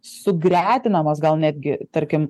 sugretinamos gal netgi tarkim